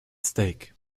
stake